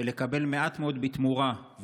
ולקבל מעט מאוד בתמורה,